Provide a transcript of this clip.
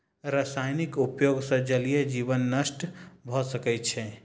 रासायनिक उपयोग सॅ जलीय जीवन नष्ट भ सकै छै